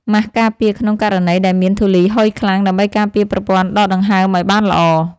ម៉ាសការពារក្នុងករណីដែលមានធូលីហុយខ្លាំង ដើម្បីការពារប្រព័ន្ធដកដង្ហើមឱ្យបានល្អ។